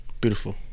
Beautiful